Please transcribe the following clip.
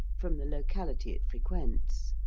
from the locality it frequents.